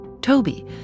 Toby